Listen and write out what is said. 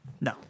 No